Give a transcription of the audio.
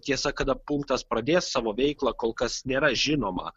tiesa kada punktas pradės savo veiklą kol kas nėra žinoma